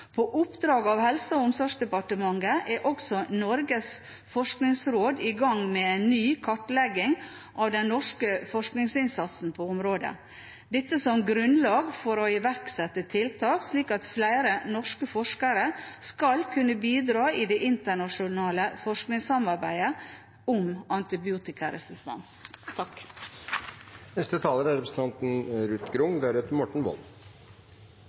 På oppdrag fra Helse- og omsorgsdepartementet er også Norges forskningsråd i gang med en ny kartlegging av den norske forskningsinnsatsen på området, dette som grunnlag for å iverksette tiltak, slik at flere norske forskere skal kunne bidra i det internasjonale forskningssamarbeidet om antibiotikaresistens. Antibiotikaresistens er